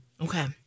okay